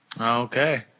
Okay